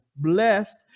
blessed